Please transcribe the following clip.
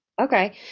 Okay